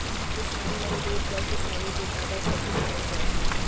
किसान मन दूद बर किसानी बूता बर पसु पालन करथे